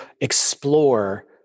explore